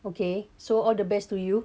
okay so all the best to you